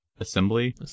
assembly